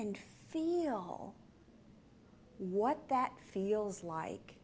and feel what that feels like